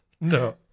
No